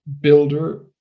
builder